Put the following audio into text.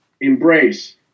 Embrace